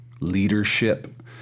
leadership